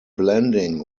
blending